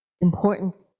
important